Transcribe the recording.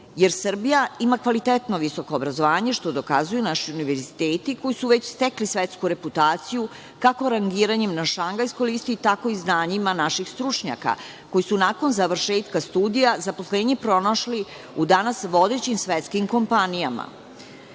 Jer, Srbija ima kvalitetno visoko obrazovanje, što dokazuju naši univerziteti koji su već stekli svetsku reputaciju, kako rangiranjem na Šangajskoj listi, tako i znanjima naših stručnjaka koji su nakon završetka studija zaposlenje pronašli u danas vodećim svetskim kompanijama. Podsetiću